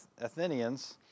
Athenians